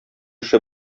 эше